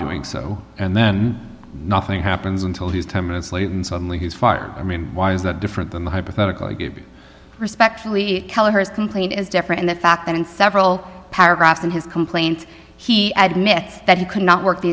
doing so and then nothing happens until he's ten minutes late and suddenly he's fired i mean why is that different than the hypothetical respectfully kelleher's complaint is different in the fact that in several paragraphs in his complaint he admitting that he could not work the